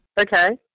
Okay